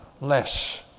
less